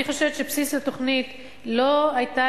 אני חושבת שבבסיס התוכנית לא היתה